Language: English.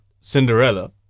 Cinderella